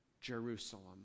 Jerusalem